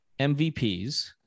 MVPs